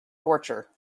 torture